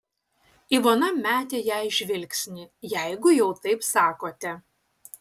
ivona metė jai žvilgsnį jeigu jau taip sakote